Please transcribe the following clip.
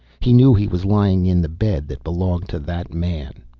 he knew he was lying in the bed that belonged to that man.